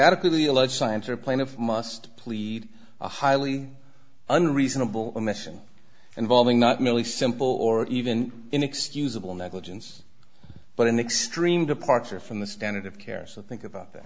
adequately alleged scienter plaintiff must plead a highly unreasonable mission involving not merely simple or even inexcusable negligence but in extreme departure from the standard of care so think about that